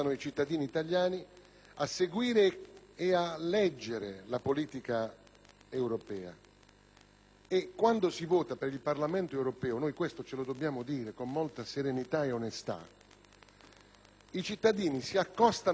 Quando si vota per il Parlamento europeo - ce lo dobbiamo dire con molta serenità ed onestà - i cittadini si accostano al voto con valutazioni e giudizi che attengono alla politica nazionale.